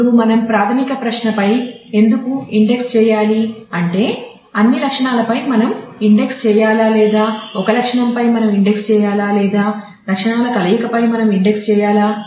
ఇప్పుడు మనం ప్రాథమిక ప్రశ్నపై ఎందుకు ఇండెక్స్ చేయాలి అంటే అన్ని లక్షణాలపై మనం ఇండెక్స్ చేయాలా లేదా ఒక లక్షణంపై మనం ఇండెక్స్ చేయాలా లేదా లక్షణాల కలయికపై మనం ఇండెక్స్ చేయాలా